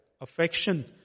affection